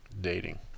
dating